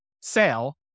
sale